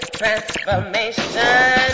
transformation